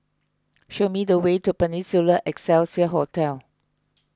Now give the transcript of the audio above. show me the way to Peninsula Excelsior Hotel